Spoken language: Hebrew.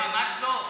ממש לא.